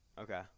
Okay